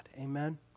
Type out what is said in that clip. amen